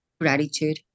gratitude